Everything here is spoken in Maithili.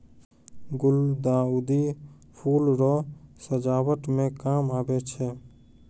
गुलदाउदी फूल रो सजावट मे काम आबै छै